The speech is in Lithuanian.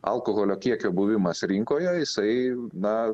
alkoholio kiekio buvimas rinkoje jisai na